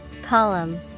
Column